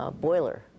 boiler